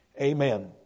amen